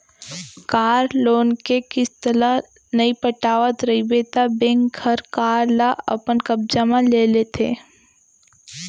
car loan के किस्त ल नइ पटावत रइबे त बेंक हर कार ल अपन कब्जा म ले लेथे